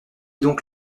donc